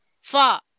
far